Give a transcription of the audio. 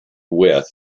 with